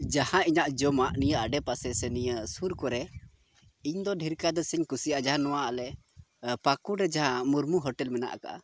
ᱡᱟᱦᱟᱸ ᱤᱧᱟᱜ ᱡᱚᱢᱟᱜ ᱱᱤᱭᱟᱹ ᱟᱰᱮ ᱯᱟᱥᱮ ᱥᱮ ᱱᱤᱭᱟᱹ ᱥᱩᱨ ᱠᱚᱨᱮᱜ ᱤᱧ ᱫᱚ ᱰᱷᱮᱨ ᱠᱟᱭ ᱛᱮᱫᱚᱧ ᱠᱩᱥᱤᱭᱟᱜ ᱡᱟᱦᱟᱸ ᱱᱚᱣᱟ ᱟᱞᱮ ᱯᱟᱹᱠᱩᱲ ᱨᱮ ᱡᱟᱦᱟᱸ ᱢᱩᱨᱢᱩ ᱦᱳᱴᱮᱹᱞ ᱢᱮᱱᱟᱜ ᱠᱟᱜᱼᱟ